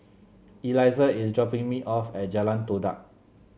Elizah is dropping me off at Jalan Todak